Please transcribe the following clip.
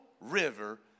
river